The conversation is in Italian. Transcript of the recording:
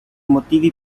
motivi